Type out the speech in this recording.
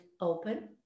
open